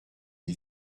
des